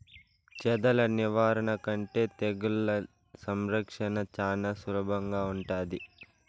చెదల నివారణ కంటే తెగుళ్ల సంరక్షణ చానా సులభంగా ఉంటాది